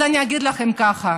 אני אגיד לכם ככה: